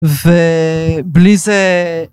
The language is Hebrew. ובלי זה